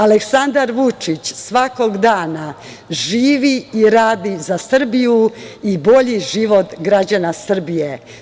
Aleksandar Vučić svakog dana živi i radi za Srbiju i bolji život građana Srbije.